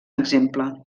exemple